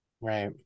Right